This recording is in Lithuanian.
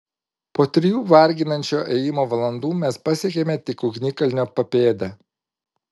po trijų varginančio ėjimo valandų mes pasiekėme tik ugnikalnio papėdę